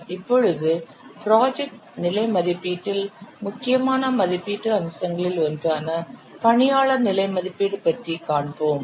இப்பொழுது ப்ராஜெக்டின் நிலை மதிப்பீட்டில் முக்கியமான மதிப்பீட்டு அம்சங்களில் ஒன்றான பணியாளர் நிலை மதிப்பீடு பற்றி காண்போம்